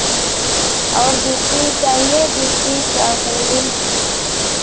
और जूती चाहिए जूती आ सैंडिल